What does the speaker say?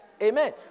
Amen